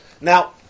Now